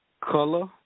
color